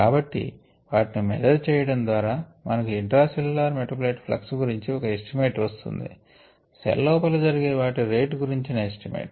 కాబట్టి వాటిని మెజర్ చేయడం ద్వారా మనకు ఇంట్రా సెల్ల్యులర్ మెటాబోలైట్ ప్లక్స్ గురించి ఒక ఎస్టిమేట్ వస్తుంది సెల్ లోపల జరిగే వాటి రేట్ గురించిన ఎస్టిమేట్